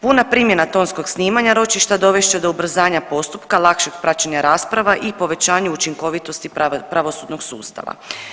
Puna primjena tonskog snimanja ročišta dovest će do ubrzanja postupka, lakšeg praćenja rasprava i povećanju učinkovitosti pravosudnog sustava.